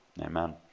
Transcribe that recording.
Amen